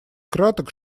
краток